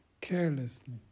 carelessly